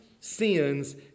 sins